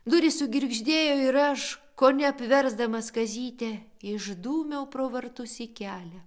durys sugirgždėjo ir aš kone apversdamas kazytę išdūmiau pro vartus į kelią